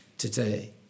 today